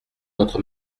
notre